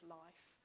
life